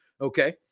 okay